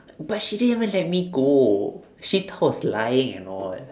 but she didn't even let me go she thought I was lying and all